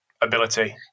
ability